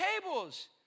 tables